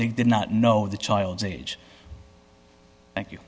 they did not know the child's age thank you